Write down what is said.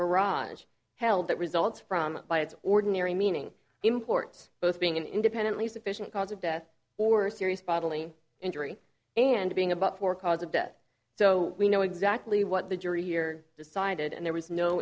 iraj held that results from by its ordinary meaning importance both being an independently sufficient cause of death or serious bodily injury and being about for cause of death so we know exactly what the jury here decided and there was no